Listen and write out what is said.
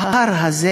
ההר הזה